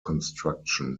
construction